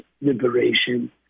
liberation